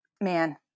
man